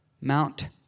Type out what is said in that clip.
Mount